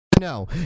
No